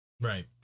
Right